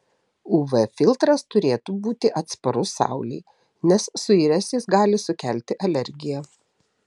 uv filtras turėtų būti atsparus saulei nes suiręs jis gali sukelti alergiją